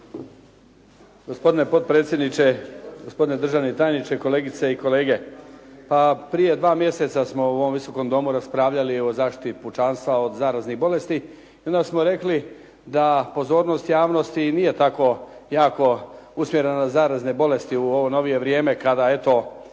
Gospodine potpredsjedniče, gospodine državni tajniče, kolegice i kolege. Prije dva mjeseca smo u ovom Visokom domu raspravljali o zaštiti pučanstva od zaraznih bolesti i onda smo rekli da pozornost javnosti i nije tako jako usmjerena na zarazne bolesti u ovo novije vrijeme kada eto